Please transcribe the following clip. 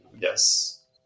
Yes